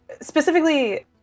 specifically